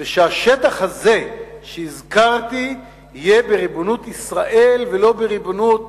ושהשטח הזה שהזכרתי יהיה בריבונות ישראל ולא בריבונות